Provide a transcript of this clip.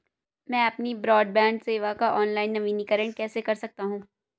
मैं अपनी ब्रॉडबैंड सेवा का ऑनलाइन नवीनीकरण कैसे कर सकता हूं?